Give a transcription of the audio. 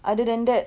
other than that